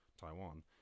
Taiwan